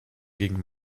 gegen